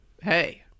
hey